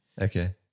Okay